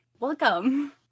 Welcome